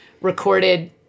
recorded